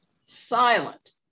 silent